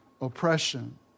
oppression